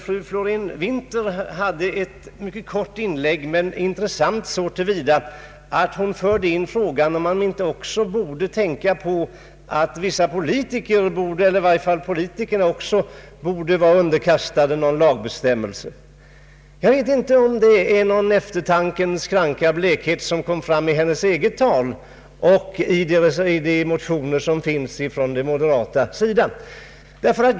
Fru Florén-Winther gjorde ett kort inlägg, vilket var intressant så till vida att hon förde in frågan om inte även politikerna borde vara underkastade någon lagbestämmelse. Jag vet inte om det var någon eftertankens kranka blekhet som kom till uttryck i hennes tal.